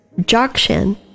Jokshan